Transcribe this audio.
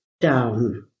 down